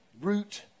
root